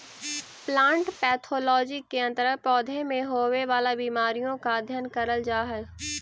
plant pathology के अंतर्गत पौधों में होवे वाला बीमारियों का अध्ययन करल जा हई